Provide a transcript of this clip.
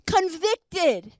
Convicted